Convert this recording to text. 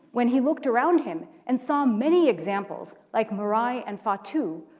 when he looked around him and saw many examples like mari and fatu,